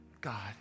God